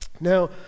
Now